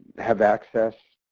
have access.